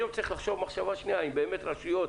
יש לחשוב מחשבה שנייה אם באמת רשויות